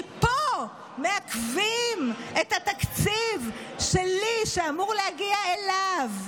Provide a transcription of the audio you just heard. כי פה מעכבים את התקציב שלי, שאמור להגיע אליו.